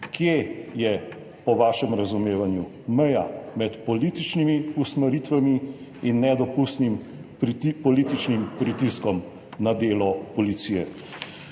Kje je po vašem razumevanju meja med političnimi usmeritvami in nedopustnim političnim pritiskom na delo policije?